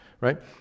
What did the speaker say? Right